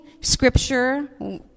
scripture